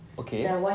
okay